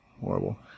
horrible